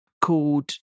called